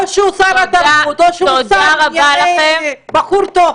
או שהוא שר התרבות או שהוא שר לענייני בחור טוב,